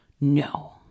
no